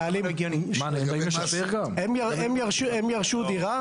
הם ירשו דירה.